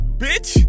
bitch